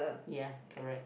ya correct